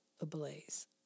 ablaze